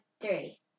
three